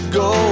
go